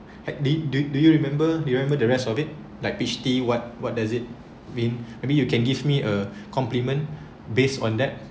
hardly did do you remember you remember the rest of it like peach tea what what does it mean maybe you can give me a compliment based on that